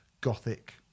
gothic